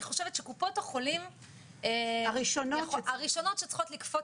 אני חושבת שקופות החולים -- הראשונות שצריכות.